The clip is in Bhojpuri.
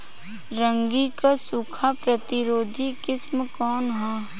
रागी क सूखा प्रतिरोधी किस्म कौन ह?